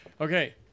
Okay